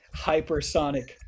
hypersonic